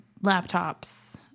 laptops